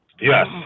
Yes